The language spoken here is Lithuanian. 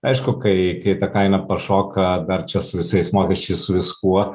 aišku kai kai ta kaina pašoka verčia su visais mokesčiais su viskuo